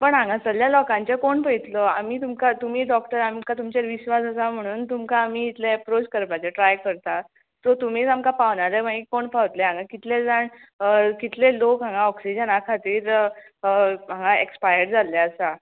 पूण हांगासल्ल्या लोकांचें कोण पयत्लो आमी तुमकां तुमी डॉक्टर आमकां तुमचेर विश्वास आसा म्हणून तुमकां आमी इतले प्रोस करपाचें ट्राय करता सो तुमीच आमकां पावना आल्या मागीर कोण पावत्ले हांगा कितले जाण कितले लोक हांगा ऑक्सिजना खातीर हांगा एक्स्पायर जाल्ले आसा